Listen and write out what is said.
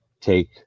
take